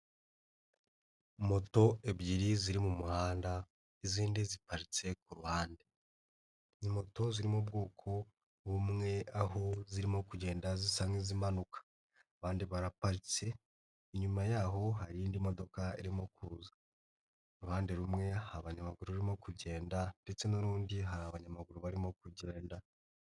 Moto ebyiri ziri mu muhanda, izindi ziparitse ku ruhande. Ni moto zirimo ubwoko bumwe, aho zirimo kugenda zisa nk'izimanuka. Abandi baraparitse. Inyuma yaho hari indi modoka irimo kuza. Uruhande rumwe hari abanyamaguru rurimo kugenda ndetse n'urundi hari abanyamaguru barimo kugenda.